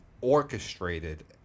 orchestrated